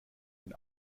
den